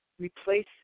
replace